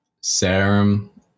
serum